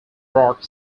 rock